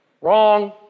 Wrong